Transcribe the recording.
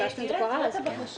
תקרא את הבקשה.